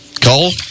Cole